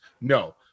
No